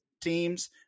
teams